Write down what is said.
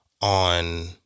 on